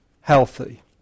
healthy